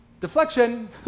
Deflection